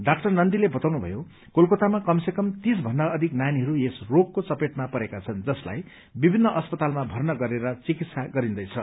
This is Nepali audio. डाक्टर नन्दीले बताउनू भयो कलकतामा कम से कम तीसभन्दा अधिक नानीहरू यस रोगको चपेटमा परेका छन् जसलाई विभिन्न अस्पतालमा भर्ना गरेर चिकित्सा गरिन्दैछ